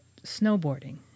snowboarding